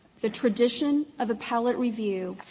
the tradition of appellate review,